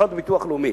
שכיחות בביטוח לאומי,